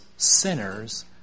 sinners